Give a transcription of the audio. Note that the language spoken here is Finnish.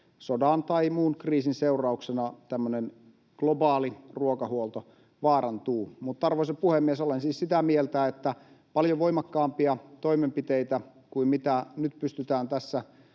sodan tai muun kriisin seurauksena tämmöinen globaali ruokahuolto vaarantuu. Mutta, arvoisa puhemies, olen siis sitä mieltä, että paljon voimakkaampia toimenpiteitä kuin mitä nyt pystytään tässä